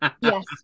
Yes